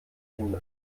kinder